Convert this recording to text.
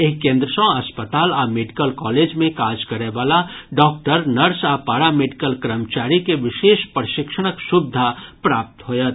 एहि केन्द्र सँ अस्पताल आ मेडिकल कॉलेज मे काज करय वला डॉक्टर नर्स आ पारा मेडिकल कर्मचारी के विशेष प्रशिक्षणक सुविधा प्राप्त होयत